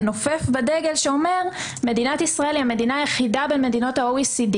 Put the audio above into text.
לנופף בדגל שאומר שמדינת ישראל היא המדינה היחידה במדינות ה-OECD